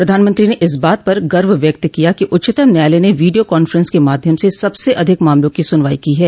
प्रधानमंत्री ने इस बात पर गर्व व्यक्त किया कि उच्चतम न्यायालय ने वीडियो कॉन्फ्रेंस के माध्यम से सबसे अधिक मामलों की सुनवाई की है